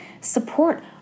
support